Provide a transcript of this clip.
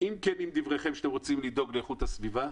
אם דבריכם כנים שאתם רוצים לדאוג לאיכות הסביבה,